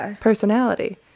personality